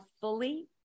fully